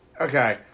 Okay